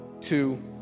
two